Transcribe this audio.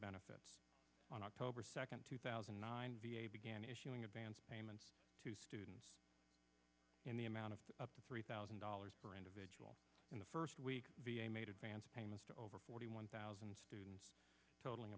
benefits on october second two thousand and nine v a began issuing advance payments to students in the amount of up to three thousand dollars per individual in the first week be made advance payments to over forty thousand students total